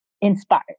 inspired